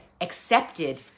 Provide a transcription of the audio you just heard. accepted